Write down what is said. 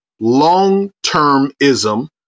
long-termism